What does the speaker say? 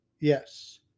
Yes